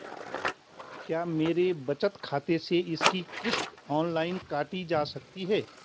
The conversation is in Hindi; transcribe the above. क्या मेरे बचत खाते से इसकी किश्त ऑनलाइन काटी जा सकती है?